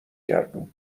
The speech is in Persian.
گردون